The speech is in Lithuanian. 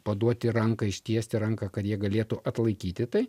paduoti ranką ištiesti ranką kad jie galėtų atlaikyti tai